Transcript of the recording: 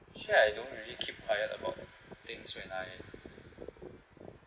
actually I don't really keep quiet about things when I